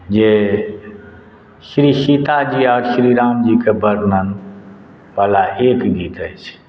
जे श्री सीताजी आ श्री रामजीक वर्णनवला एक गीत अछि